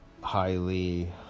highly